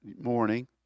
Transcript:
morning